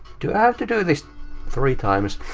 do i have to do this three times?